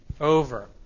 over